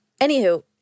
Anywho